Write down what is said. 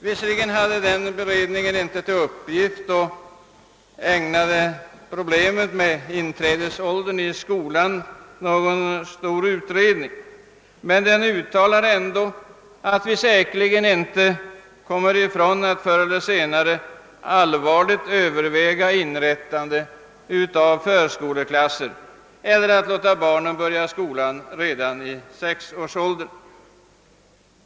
Visserligen hade den beredningen inte till uppgift att ägna problemet med inträdesåldern i skolan någon större uppmärksamhet, men den uttalade ändå, att »vi säkerligen icke kommer ifrån att förr eller senare allvarligt överväga inrättandet av förskoleklasser eller att låta barnen börja skolan redan i sexårsåldern».